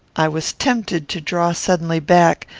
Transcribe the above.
i was tempted to draw suddenly back,